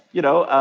you know,